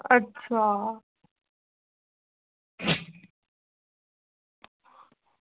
अच्छा